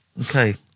Okay